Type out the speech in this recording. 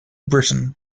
britain